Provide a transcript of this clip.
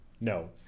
no